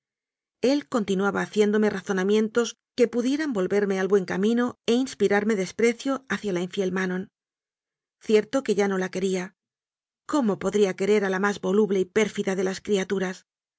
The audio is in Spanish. el continuaba haciéndome razonamientos que pudie ran volverme al buen camino e inspirarme despre cio hacia la infiel manon cierto que ya no la que ría cómo podría querer a la más voluble y pér fida de las criaturas